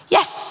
Yes